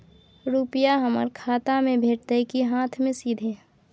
रुपिया हमर खाता में भेटतै कि हाँथ मे सीधे?